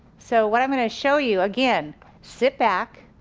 so what i'm gonna show you, again sit back,